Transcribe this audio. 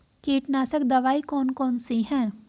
कीटनाशक दवाई कौन कौन सी हैं?